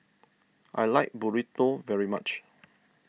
I like Burrito very much